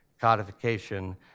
codification